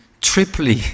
triply